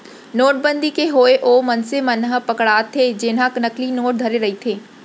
नोटबंदी के होय ओ मनसे मन ह पकड़ाथे जेनहा नकली नोट धरे रहिथे